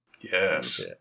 yes